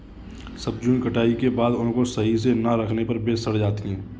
सब्जियों की कटाई के बाद उनको सही से ना रखने पर वे सड़ जाती हैं